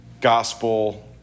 gospel